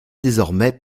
désormais